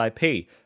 IP